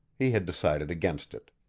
he had decided against it.